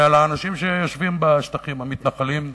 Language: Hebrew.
האנשים שיושבים בשטחים, המתנחלים,